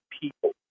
people